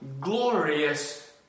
glorious